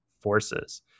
forces